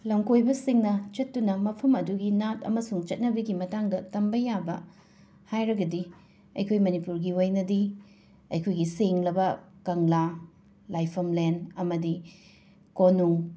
ꯂꯝꯀꯣꯏꯕꯁꯤꯡꯅ ꯆꯠꯇꯨꯅ ꯃꯐꯝ ꯑꯗꯨꯒꯤ ꯅꯥꯠ ꯑꯃꯁꯨꯡ ꯆꯠꯅꯕꯤꯒꯤ ꯃꯇꯥꯡꯗ ꯇꯝꯕ ꯌꯥꯕ ꯍꯥꯏꯔꯒꯗꯤ ꯑꯩꯈꯣꯏ ꯃꯅꯤꯄꯨꯔꯒꯤ ꯑꯣꯏꯅꯗꯤ ꯑꯩꯈꯣꯏꯒꯤ ꯁꯦꯡꯂꯕ ꯀꯪꯂꯥ ꯂꯥꯏꯐꯝꯂꯦꯟ ꯑꯃꯗꯤ ꯀꯣꯅꯨꯡ